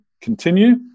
continue